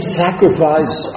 sacrifice